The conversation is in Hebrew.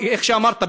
איך שאמרת,